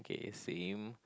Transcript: okay same